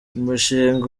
umushinga